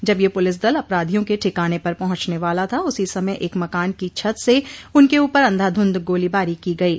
जब यह पुलिस दल अपराधियों के ठिकाने पर पहुंचने वाला था उसो समय एक मकान की छत से उनके ऊपर अंधाधुंध गोलीबारी की गयी